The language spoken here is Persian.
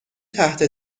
تحت